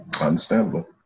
Understandable